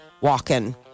walking